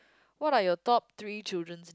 what are your top three children's